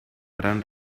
gran